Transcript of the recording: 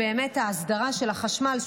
ההסדרה של החשמל,